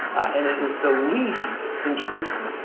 and it is the least intrusive